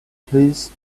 please